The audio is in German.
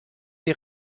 sie